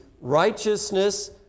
righteousness